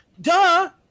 duh